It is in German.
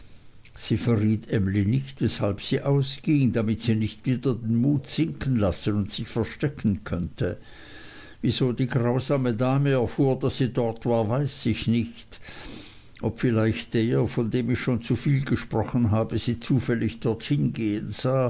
nicht weshalb sie ausging damit sie nicht wieder den mut sinken lassen und sich verstecken könnte wieso die grausame dame erfuhr daß sie dort war weiß ich nicht ob vielleicht der von dem ich schon zu viel gesprochen habe sie zufällig dorthin gehen